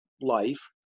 life